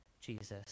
Jesus